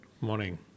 Morning